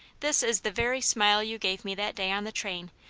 this is the very smile you gave me that day on the train.